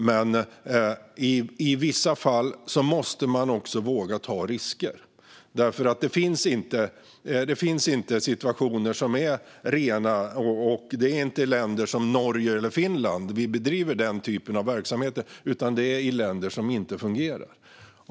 Men i vissa fall måste man våga ta risker. Det finns inte situationer som är rena. Och det är inte i länder som Norge eller Finland som vi bedriver den typen av verksamheter, utan det är i länder som inte fungerar.